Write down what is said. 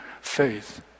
faith